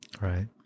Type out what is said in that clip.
Right